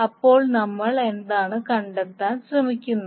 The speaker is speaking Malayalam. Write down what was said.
അപ്പോൾ നമ്മൾ എന്താണ് കണ്ടെത്താൻ ശ്രമിക്കുന്നത്